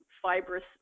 fibrous